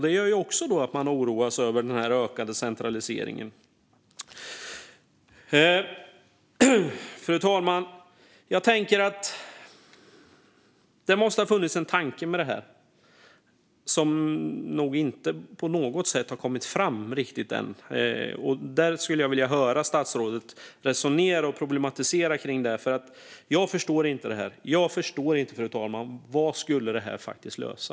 Det gör också att man oroar sig över den ökande centraliseringen. Fru talman! Det måste ha funnits en tanke med detta som nog inte har kommit fram på något sätt riktigt än. Jag skulle vilja höra statsrådet resonera och problematisera kring detta. Jag förstår inte, fru talman, vad detta skulle lösa.